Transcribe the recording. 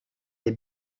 les